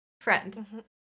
friend